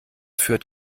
führt